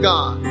God